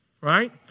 right